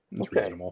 Okay